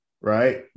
Right